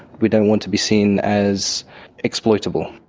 we don't want to be seen as exploitable.